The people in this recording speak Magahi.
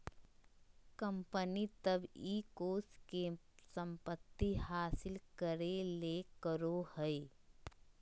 कंपनी तब इ कोष के संपत्ति हासिल करे ले करो हइ